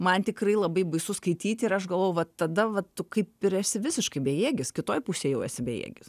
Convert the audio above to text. man tikrai labai baisu skaityti ir aš galvoju vat tada vat tu kaip ir esi visiškai bejėgis kitoj pusėj jau esi bejėgis